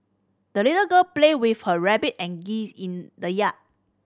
the little girl played with her rabbit and geese in the yard